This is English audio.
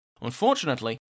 Unfortunately